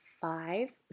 five